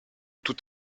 tout